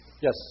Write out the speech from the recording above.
Yes